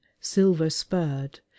silver-spurred